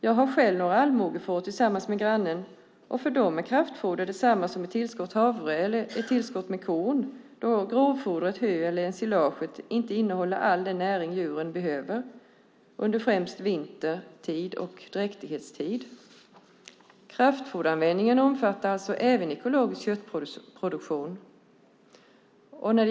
Jag har själv några allmogefår tillsammans med grannen, och för dem är kraftfoder detsamma som ett tillskott av havre eller korn, då grovfodret hö eller ensilage inte innehåller all den näring djuren behöver under främst vintertid och under dräktighet. Kraftfoderanvändningen omfattar alltså även ekologisk köttproduktion.